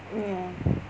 ya